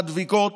הדביקות,